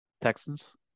Texans